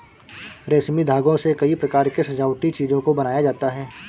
रेशमी धागों से कई प्रकार के सजावटी चीजों को बनाया जाता है